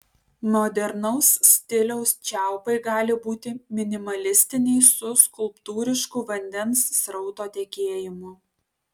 modernaus stiliaus čiaupai gali būti minimalistiniai su skulptūrišku vandens srauto tekėjimu